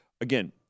again